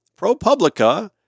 ProPublica